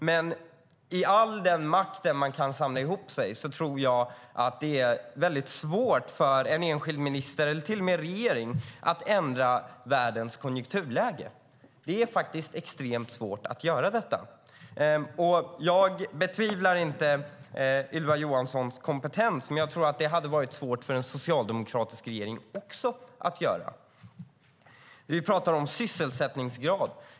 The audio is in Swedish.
Men trots all den makt man kan samla ihop tror jag att det är väldigt svårt för en enskild minister eller till och med regering att ändra världens konjunkturläge. Det är faktiskt extremt svårt att göra det. Jag betvivlar inte Ylva Johanssons kompetens. Men jag tror att det hade varit svårt också för en socialdemokratisk regering att göra det. Vi pratar om sysselsättningsgrad.